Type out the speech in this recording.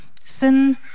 sin